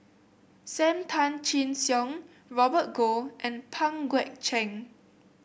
Sam Tan Chin Siong Robert Goh and Pang Guek Cheng